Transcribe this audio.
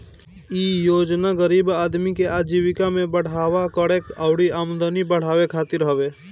इ योजना गरीब आदमी के आजीविका में बढ़ावा करे अउरी आमदनी बढ़ावे खातिर हवे